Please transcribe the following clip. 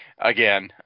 Again